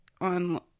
on